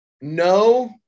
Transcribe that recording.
No